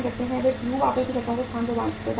वे tube आपूर्तिकर्ताओं को स्थान प्रदान करते हैं